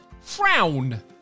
frown